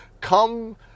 Come